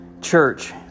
church